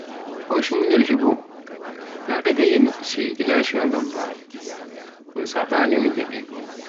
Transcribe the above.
Hoccu munyal higo, na dagayya mi fusi gilashiwa ngan ba, un saɓani un heɓi.